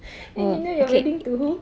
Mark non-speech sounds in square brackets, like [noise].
[noise] and you know you're wedding to who